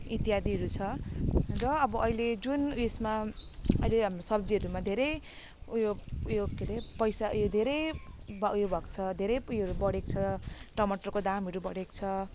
इत्यादिहरू छ र अब अहिले जुन उयसमा अहिले हाम्रो सब्जीहरूमा धेरै उयो उयो के अरे पैसा यो धेरै भयो उयो भएको छ धेरै उयोहरू बढेको छ टमाटरको दामहरू बढेको छ